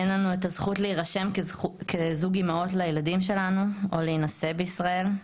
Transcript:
אין לנו את הזכות להירשם כזוג אימהות לילדים שלנו או להינשא בישראל.